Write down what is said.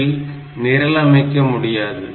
இதில் நிரல் அமைக்கப்பட முடியாது